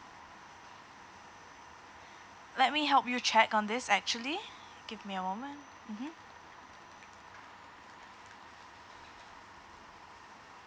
let me help you check on this actually give me a moment mmhmm